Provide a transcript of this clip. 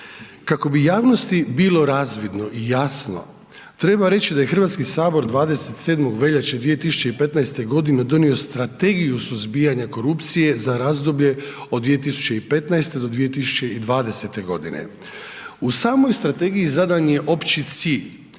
Kako bi javnosti bilo razvidno i jasno, treba reći da je Hrvatski sabor 27. veljače 2015. godine donio Strategiju suzbijanja korupcije za razdoblje od 2015. do 2020. godine. U samoj strategiji zadan je opći cilj